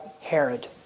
Herod